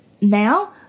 Now